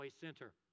Center